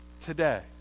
today